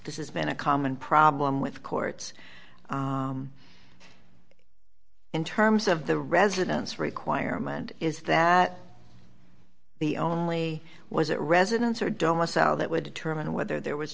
this is been a common problem with courts in terms of the residents requirement is that the only was it residence or doma cell that would determine whether there was